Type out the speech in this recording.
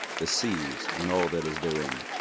the seas, and all that is therein,